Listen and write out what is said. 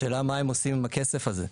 השאלה מה הם עושים עם הכסף הזה?